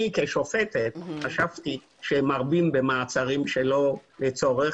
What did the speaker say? אני כשופטת חשבתי שמרבים במעצרים שלא לצורך